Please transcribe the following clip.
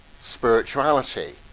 spirituality